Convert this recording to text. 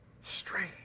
Strange